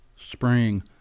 spring